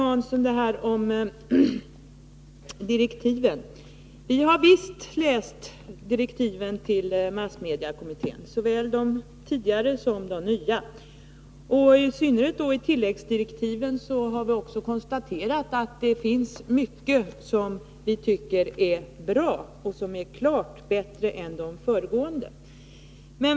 Vi har visst läst direktiven till massmediekommittén, Ing-Marie Hansson, såväl de tidigare som de nya. I synnerhet i tilläggsdirektiven har vi konstaterat att det finns mycket som är bra och som är klart bättre än i de föregående.